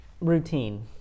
routine